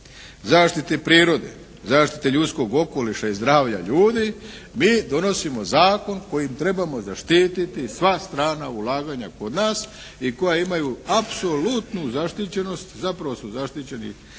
zaštite prirode, zaštite ljudskog okoliša i zdravlja ljudi mi donosimo zakon kojim trebamo zaštititi sva strana ulaganja kod nas i koja imaju apsolutnu zaštićenost. Zapravo su zaštićeni